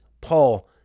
Paul